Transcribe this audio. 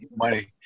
Money